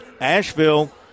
Asheville